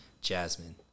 Jasmine